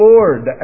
Lord